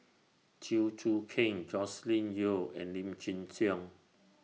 Chew Choo Keng Joscelin Yeo and Lim Chin Siong